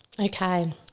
Okay